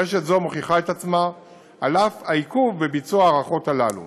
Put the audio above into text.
רשת זו מוכיחה את עצמה על אף העיכוב בביצוע ההארכות הללו.